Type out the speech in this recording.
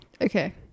Okay